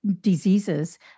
diseases